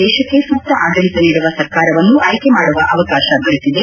ದೇಶಕ್ಷೆ ಸೂಕ್ತ ಆಡಳಿತ ನೀಡುವ ಸರ್ಕಾರವನ್ನು ಆಯ್ಲೆ ಮಾಡುವ ಅವಕಾಶ ದೊರೆತಿದೆ